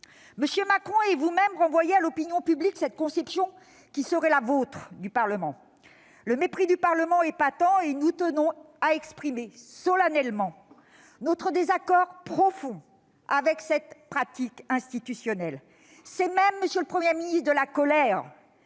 M. Macron et vous-même renvoyez à l'opinion publique cette conception qui serait la vôtre du Parlement. Le mépris du Parlement est patent, et nous tenons à exprimer solennellement notre désaccord profond avec cette pratique institutionnelle. C'est même de la colère, monsieur le Premier ministre, car